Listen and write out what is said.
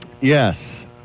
Yes